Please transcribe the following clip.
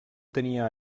tenia